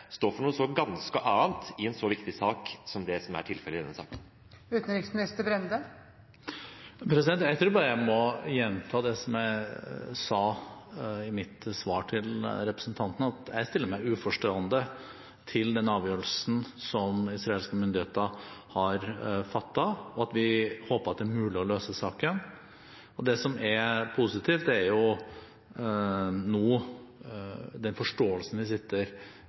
står for noe så ganske annet i en så viktig sak som denne? Jeg tror bare jeg må gjenta det som jeg sa i mitt svar til representanten, at jeg stiller meg uforstående til den avgjørelsen som israelske myndigheter har fattet, og at vi håper det er mulig å løse saken. Det som er positivt, er jo den forståelsen vi sitter